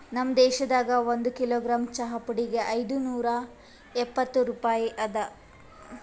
ನಮ್ ದೇಶದಾಗ್ ಒಂದು ಕಿಲೋಗ್ರಾಮ್ ಚಹಾ ಪುಡಿಗ್ ಐದು ನೂರಾ ಇಪ್ಪತ್ತು ರೂಪಾಯಿ ಅದಾ